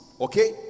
Okay